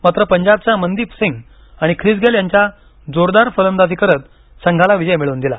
मात्र पंजाबच्या मनदीप सिंग आणि ख़िस गेल यांच्या जोरदार फलंदाजी करत संघाला विजय मिळवून दिला